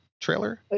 trailer